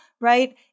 right